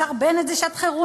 והשר בנט: זאת שעת חירום,